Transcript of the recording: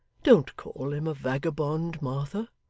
don't call him a vagabond, martha